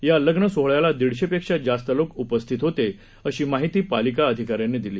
या लग्न सोहळ्याला दिडशे पेक्षा जास्त लोक उपस्थित होते अशी माहिती पालिका अधिकाऱ्यांनी दिली